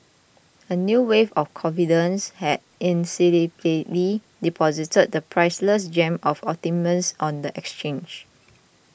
a new wave of confidence had deposited the priceless gem of optimism on the exchange